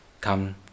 come